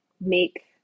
make